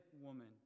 woman